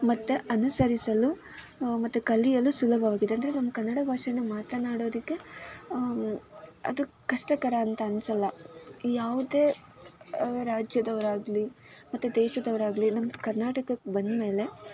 ಮತ್ತು ಅನುಸರಿಸಲು ಮತ್ತು ಕಲಿಯಲು ಸುಲಭವಾಗಿದೆ ಅಂದರೆ ನಮ್ಮ ಕನ್ನಡ ಭಾಷೆಯನ್ನು ಮಾತನಾಡೋದಕ್ಕೆ ಅದು ಕಷ್ಟಕರ ಅಂತ ಅನ್ಸೋಲ್ಲ ಯಾವುದೇ ರಾಜ್ಯದವರಾಗಲೀ ಮತ್ತು ದೇಶದವರಾಗಲೀ ನಮ್ಮ ಕರ್ನಾಟಕಕ್ಕೆ ಬಂದಮೇಲೆ